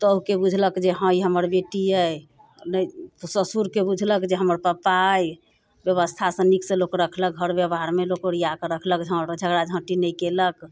पुतहुके बुझलक जे हाँ ई हमर बेटी अइ नहि तऽ ससुरके बुझलक जे हमर पप्पा अइ बेबस्थासँ नीकसँ लोक रखलक घर बेवहारमे लोक ओरिआकऽ रखलक हाँ झगड़ा झाँटि नहि केलक